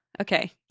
Okay